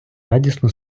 радісно